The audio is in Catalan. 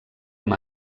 amb